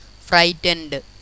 Frightened